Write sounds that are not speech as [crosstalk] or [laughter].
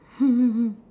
[laughs]